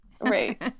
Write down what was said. Right